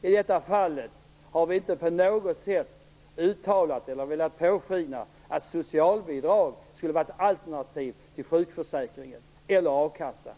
I detta fall har vi inte på något sätt uttalat eller velat påskina att socialbidrag skulle vara ett alternativ till sjukförsäkringen eller a-kassan.